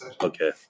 Okay